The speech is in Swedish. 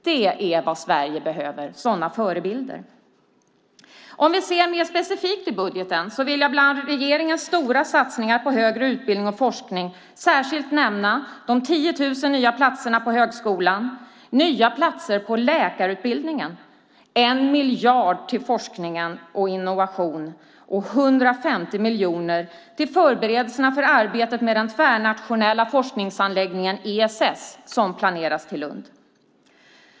Det är sådana förebilder Sverige behöver. Om vi tittar mer specifikt i budgeten vill jag bland regeringens stora satsningar på högre utbildning och forskning särskilt nämna de 10 000 nya platserna på högskolan, nya platser på läkarutbildningen, 1 miljard till forskning och innovation och 150 miljoner till förberedelserna för arbetet med den tvärnationella forskningsanläggningen ESS som planeras till Lund.